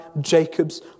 Jacob's